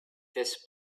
this